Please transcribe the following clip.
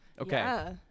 Okay